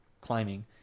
climbing